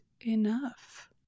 enough